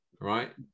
right